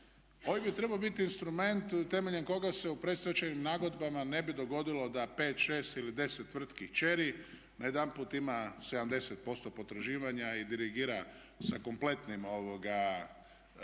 OIB je trebao biti instrument temeljem kojeg se u predstečajnim nagodbama ne bi dogodilo da 5, 6 ili 10 tvrtki kćeri najedanput ima 70% potraživanja i dirigira sa kompletnim stečajnim